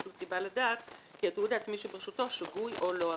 לו סיבה לדעת כי התיעוד העצמי שברשותו שגוי או לא אמין,